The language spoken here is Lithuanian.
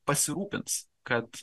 pasirūpins kad